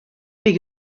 big